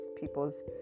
people's